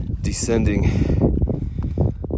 Descending